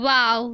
Wow